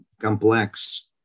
complex